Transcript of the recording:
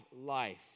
life